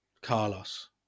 Carlos